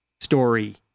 story